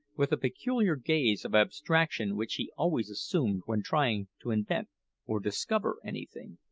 with a peculiar gaze of abstraction which he always assumed when trying to invent or discover anything.